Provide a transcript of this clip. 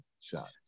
shots